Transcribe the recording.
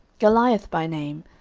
goliath by name,